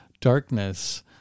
darkness